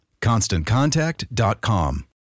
ConstantContact.com